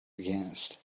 against